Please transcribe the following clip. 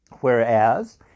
Whereas